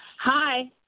Hi